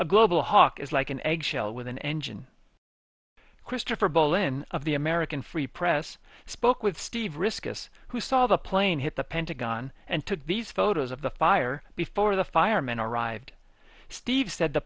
a global hawk is like an eggshell with an engine christopher bolin of the american free press spoke with steve risk us who saw the plane hit the pentagon and took these photos of the fire before the firemen arrived steve said the